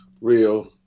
Real